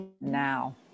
now